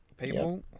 people